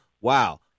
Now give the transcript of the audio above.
wow